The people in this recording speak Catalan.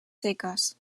seques